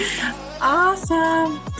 awesome